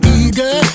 eager